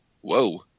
Whoa